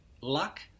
Luck